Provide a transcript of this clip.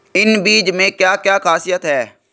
इन बीज में क्या क्या ख़ासियत है?